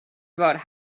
about